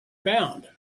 bound